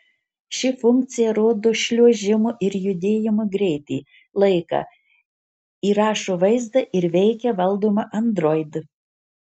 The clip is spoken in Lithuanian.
ši funkcija rodo šliuožimo ir judėjimo greitį laiką įrašo vaizdą ir veikia valdoma android